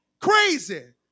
crazy